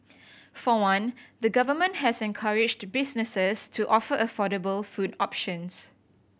for one the Government has encouraged businesses to offer affordable food options